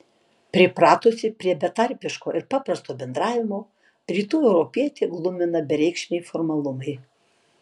pripratusį prie betarpiško ir paprasto bendravimo rytų europietį glumina bereikšmiai formalumai